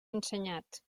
ensenyat